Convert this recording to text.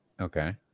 Okay